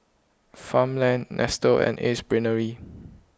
Farmland Nestle and Ace Brainery